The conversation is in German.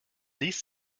ließ